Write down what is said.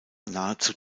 nahezu